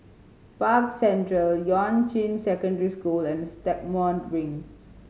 Park Central Yuan Ching Secondary School and Stagmont Ring